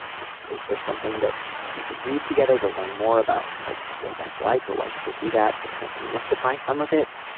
is is there something that we could read together to learn more about like what that's like or why people do that to kind of demystify some of it